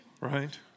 Right